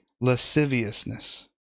lasciviousness